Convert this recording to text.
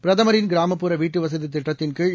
பிரதமின் கிராமப்புற வீட்டுவசதிதிட்டத்தின்கீழ்